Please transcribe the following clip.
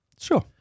Sure